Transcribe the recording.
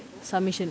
submission